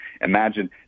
Imagine